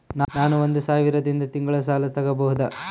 ನಾನು ಒಂದು ಸಾವಿರದಿಂದ ತಿಂಗಳ ಸಾಲ ತಗಬಹುದಾ?